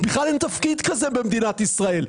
בכלל אין תפקיד כזה במדינת ישראל,